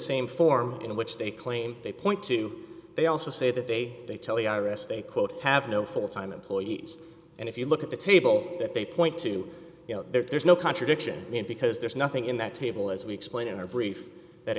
same form in which they claim they point to they also say that they they tell you they quote have no full time employees and if you look at the table that they point to you know there's no contradiction because there's nothing in that table as we explained in our brief that